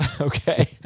Okay